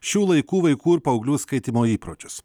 šių laikų vaikų ir paauglių skaitymo įpročius